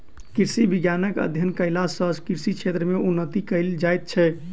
कृषि विज्ञानक अध्ययन कयला सॅ कृषि क्षेत्र मे उन्नति कयल जाइत छै